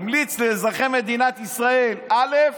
הוא המליץ לאזרחי מדינת ישראל א',